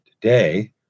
today